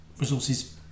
resources